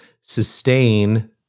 sustain